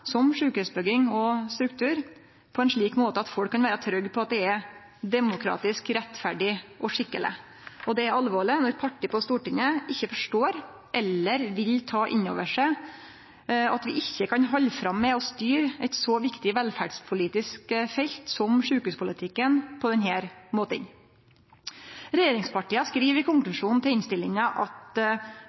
som sjukehusbygging og struktur – på ein slik måte at folk kan vere trygge på at det er demokratisk rettferdig og skikkeleg. Og det er alvorleg når parti på Stortinget ikkje forstår eller vil ta inn over seg at vi ikkje kan halde fram med å styre eit så viktig velferdspolitisk felt som sjukehuspolitikken på denne måten. Regjeringspartia skriv i konklusjonen i innstillinga: